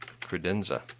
Credenza